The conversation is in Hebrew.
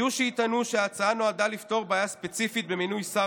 יהיו שיטענו שההצעה נועדה לפתור בעיה ספציפית במינוי שר